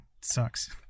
sucks